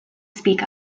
speak